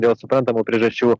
dėl suprantamų priežasčių